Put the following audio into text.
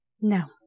No